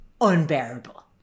unbearable